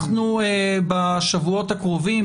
אנחנו בשבועות הקרובים,